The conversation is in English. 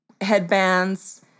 headbands